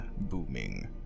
booming